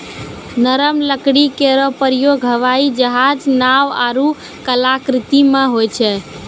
नरम लकड़ी केरो प्रयोग हवाई जहाज, नाव आरु कलाकृति म होय छै